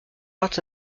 arts